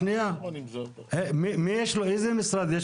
איזה משרד,